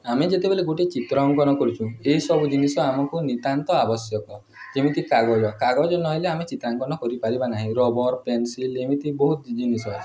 ଆମେ ଯେତେବେଳେ ଗୋଟେ ଚିତ୍ର ଅଙ୍କନ କରିଛୁ ଏସବୁ ଜିନିଷ ଆମକୁ ନିତ୍ୟାନ୍ତ ଆବଶ୍ୟକ ଯେମିତି କାଗଜ କାଗଜ ନହେଲେ ଆମେ ଚିତ୍ରାଙ୍କନ କରିପାରିବା ନାହିଁ ରବର୍ ପେନସିଲ୍ ଏମିତି ବହୁତ ଜିନିଷ ଅଛି